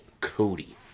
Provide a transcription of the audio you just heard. Cody